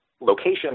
location